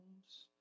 home's